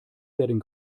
werden